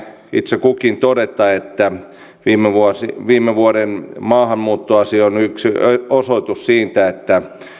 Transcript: itse kukin todeta että viime vuoden maahanmuuttoasia on yksi osoitus siitä että